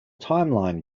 timeline